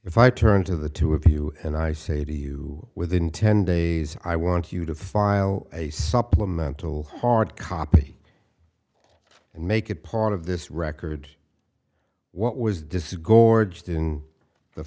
if i turn to the two of you and i say to you within ten days i want you to file a supplemental hard copy and make it part of this record what was disgorged in the